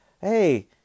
hey